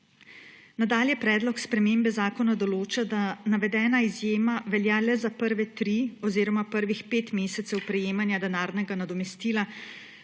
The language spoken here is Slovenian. Nadalje predlog spremembe zakona določa, da navedena izjema velja le za prve tri oziroma prvih pet mesecev prejemanja denarnega nadomestila,